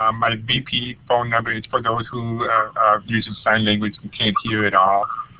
um my bp phone number is for those who use and sign language and cannot hear at all.